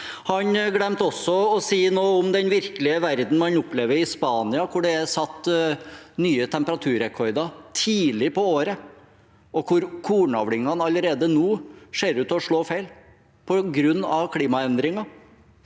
Han glemte også å si noe om den virkelige verden man opplever i Spania, hvor det er satt nye temperaturrekorder tidlig på året, og hvor kornavlingene allerede nå ser ut til å slå feil på grunn av klimaendringer.